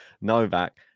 Novak